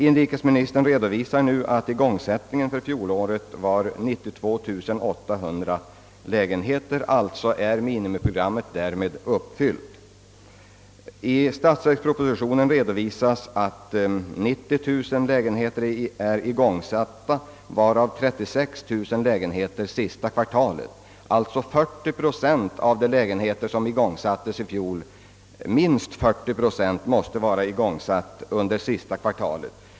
Inrikesministern redovisar nu att igångsättningen för fjolåret var 92 800 lägenheter och att minimiprogrammet därmed alltså var uppfyllt. I statsverkspropositionen redovisas att 90000 lägenheter är igångsatta, varav 36 000 under det senaste kvartalet. Detta betyder att minst 40 procent av de lägenheter som byggdes i fjol måste vara igångsatta under fjärde kvartalet.